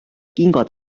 kingad